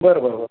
बरं बरं बरं